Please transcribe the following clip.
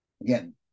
Again